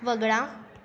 वगळा